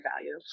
value